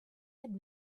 had